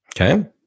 Okay